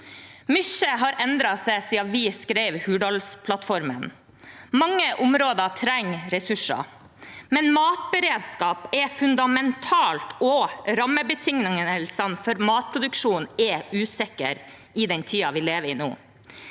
Mye har endret seg siden vi skrev Hurdalsplattformen. Mange områder trenger ressurser, men matberedskap er fundamentalt, og rammebetingelsene for matproduksjonen er usikre i den tiden vi lever i.